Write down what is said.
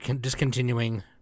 discontinuing